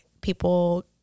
people